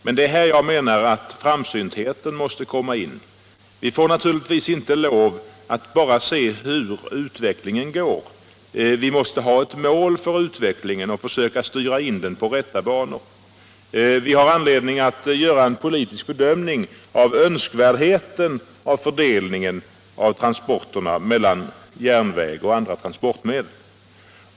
Men det är här jag anser att framsyntheten måste komma in. Vi får naturligtvis inte lov att bara se hur utvecklingen går — vi måste ha ett mål för utvecklingen och försöka styra in den på rätta banor. Vi har anledning att göra en politisk bedömning rörande önskvärdheten av fördelningen av transporterna mellan järnväg och andra transportmedel.